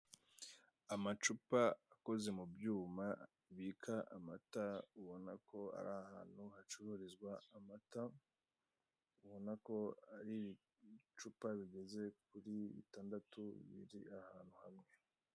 Amacupa akoze mu byuma bibka amata ubona ko ari ahantu hacururizwa amata, ubona ko ari ibicupa bigeze kuri bitandatu ndetse ahantu hamwe.